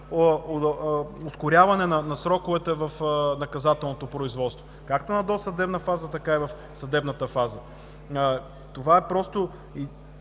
ускоряване на сроковете в наказателното производство както на досъдебна фаза, така и в съдебната фаза. Това именно